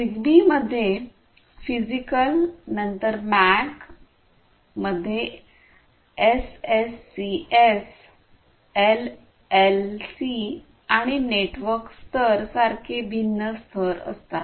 Zigbee मध्ये physical नंतर MAC मध्ये एसएससीएस एलएलसी आणि नेटवर्क स्तर सारखे भिन्न स्तर असतात